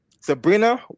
Sabrina